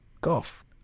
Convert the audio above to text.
Golf